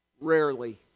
rarely